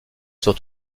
sur